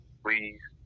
please